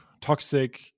toxic